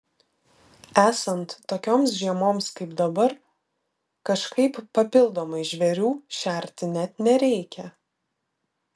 esant tokioms žiemoms kaip dabar kažkaip papildomai žvėrių šerti net nereikia